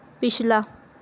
ਪਿਛਲਾ